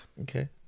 Okay